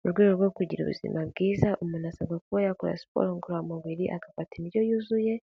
Mu rwego rwo kugira ubuzima bwiza, umuntu asabwa kuba yakora siporo ngororamubiri agafata indyo yuzuye